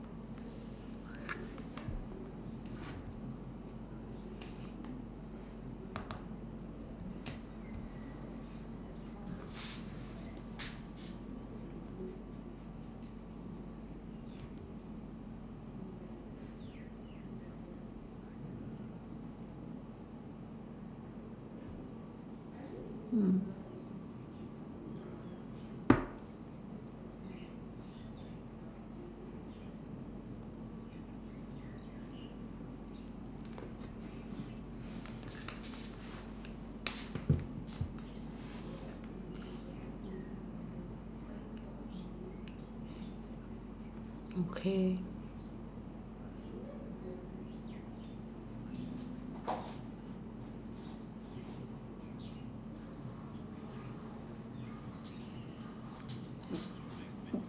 mm okay